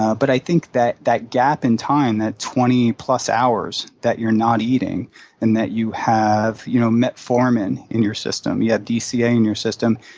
ah but i think that that gap in time, that twenty plus hours that you're not eating and that you have you know metformin in your system, you have yeah dca in your system,